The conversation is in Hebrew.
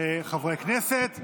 חברי הכנסת.